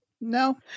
No